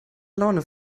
laune